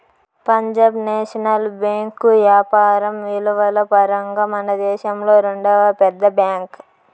Punjab National Bank యాపారం ఇలువల పరంగా మనదేశంలో రెండవ పెద్ద బ్యాంక్